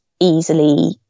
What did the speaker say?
easily